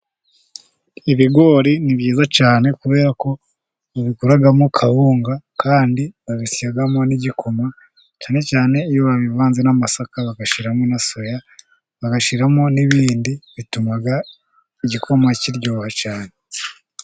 Ibigori ni byiza cyane kubera ko ba ubikoramo kawunga kandi babisyamo n'igikoma, cyane cyane iyo babivanze n'amasaka bagashiramo na soya, bagashiramo n'ibindi, bituma igikoma kiryoha cyane.